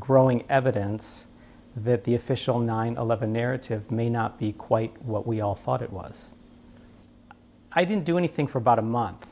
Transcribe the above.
growing evidence that the official nine eleven narrative may not be quite what we all thought it was i didn't do anything for about a month